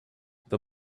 the